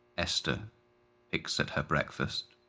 esther picks at her breakfast,